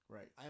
Right